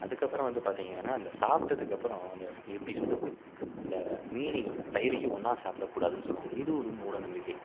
அதுக்கப்புறம் வந்து பார்த்திங்கன்னா இந்த சாப்பிட்டதுக்கப்பறம் அந்த எப்படி சொல்கிறது அந்த மீனையும் தயிரையும் ஒன்றா சாப்பிடக்கூடாதுனு சொல்வாங்க இது ஒரு மூடநம்பிக்கை